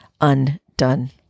undone